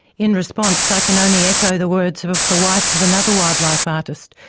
in response, i can only echo the words of of the wife of another wildlife artist,